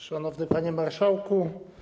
Szanowny Panie Marszałku!